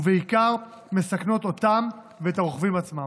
ובעיקר מסכנות אותם ואת הרוכבים עצמם.